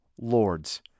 lords